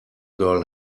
girl